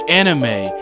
anime